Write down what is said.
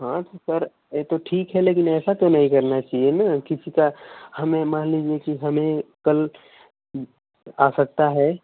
हाँ तो सर ये तो ठीक है लेकिन ऐसा तो नहीं करना चाहिए न किसी का हमें मान लीजिए कि हमें कल आ सकता है